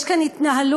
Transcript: יש כאן התנהלות,